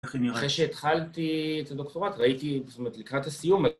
אחרי שהתחלתי את הדוקטורט ראיתי, זאת אומרת לקראת הסיום